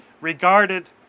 regarded